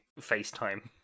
FaceTime